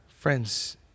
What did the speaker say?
Friends